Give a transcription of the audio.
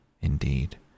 Indeed